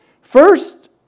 First